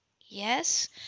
Yes